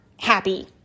happy